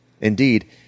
Indeed